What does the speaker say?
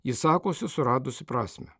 ji sakosi suradusi prasmę